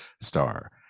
Star